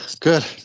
good